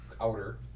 Outer